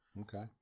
Okay